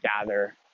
gather